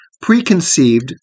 preconceived